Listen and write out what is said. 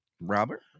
Robert